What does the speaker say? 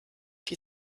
die